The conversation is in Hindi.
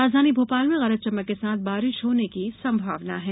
राजधानी भोपाल में गरज चमक के साथ बारिश होने की संभावना है